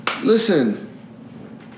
listen